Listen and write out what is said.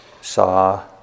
saw